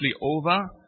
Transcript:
over